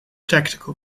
tactical